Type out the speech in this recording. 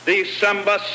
December